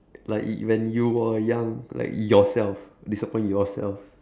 like when you were young like yourself disappoint yourself